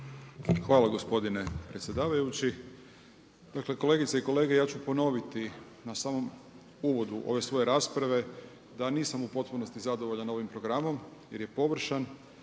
Hvala gospodine predsjedavajući. Dakle, kolegice i kolege ja ću ponoviti na samom uvodu ove svoje rasprave da nisam u potpunosti zadovoljan ovim programom jer je površan,